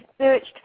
searched